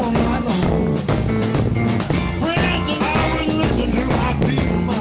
whoa whoa whoa whoa